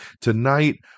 Tonight